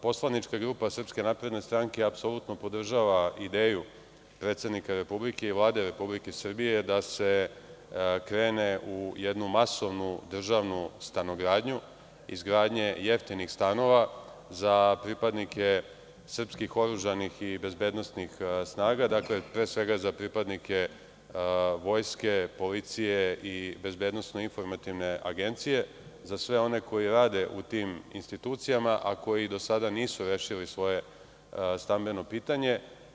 Poslanička grupa SNS apsolutno podržava ideju predsednika Republike i Vlade Republike Srbije da se krene u jednu masovnu državnu stanogradnju, izgradnju jeftinih stanova za pripadnike srpskih oružanih i bezbednosnih snaga, dakle, pre svega za pripadnike vojske, policije i BIA, za sve one koji rade u tim institucijama, a koji do sada nisu rešili svoje stambeno pitanje.